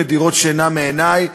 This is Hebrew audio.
שמדירות שינה מעיני,